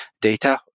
data